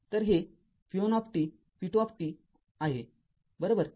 तर हे v१ v२ आहे बरोबर